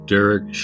Derek